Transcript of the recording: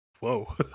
Whoa